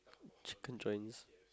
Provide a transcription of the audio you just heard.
chicken joints